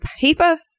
paper